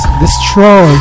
destroy